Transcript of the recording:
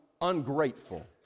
ungrateful